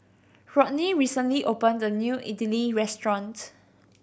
Rodney recently opened a new Idili restaurant